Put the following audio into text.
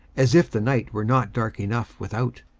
as if the night were not dark enough without!